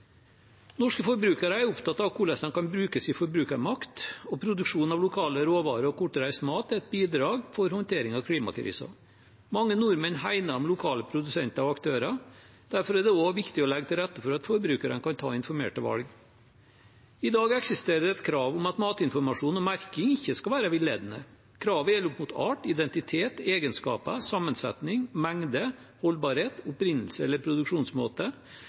Norske forbrukere er opptatt av hvordan de kan bruke sin forbrukermakt, og produksjon av lokale råvarer og kortreist mat er et bidrag for å håndtere klimakrisen. Mange nordmenn hegner om lokale produsenter og aktører, og derfor er det viktig å legge til rette for at forbrukerne kan ta informerte valg. I dag eksisterer det et krav om at matinformasjon og merking ikke skal være villedende. Kravet gjelder opp mot art, identitet, egenskaper, sammensetning, mengde, holdbarhet, opprinnelse eller produksjonsmåte,